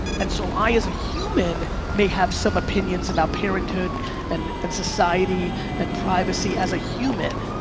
and so i as a human may have some opinions about parenthood and and society and privacy as a human.